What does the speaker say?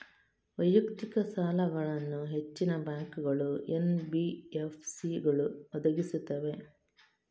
ವೈಯಕ್ತಿಕ ಸಾಲಗಳನ್ನು ಹೆಚ್ಚಿನ ಬ್ಯಾಂಕುಗಳು, ಎನ್.ಬಿ.ಎಫ್.ಸಿಗಳು ಒದಗಿಸುತ್ತವೆ